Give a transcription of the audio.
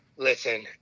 listen